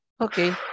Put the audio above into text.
Okay